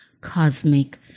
cosmic